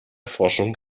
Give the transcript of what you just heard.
forschung